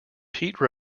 pete